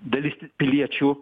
dalis piliečių